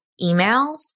emails